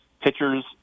Pitchers